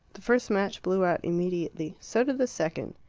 the first match blew out immediately. so did the second.